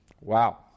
Wow